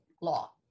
law